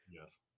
Yes